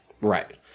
Right